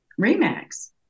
REMAX